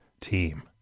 team